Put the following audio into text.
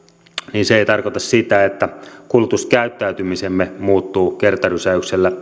niin se ei tarkoita sitä että kulutuskäyttäytymisemme muuttuu kertarysäyksellä